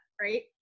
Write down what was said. right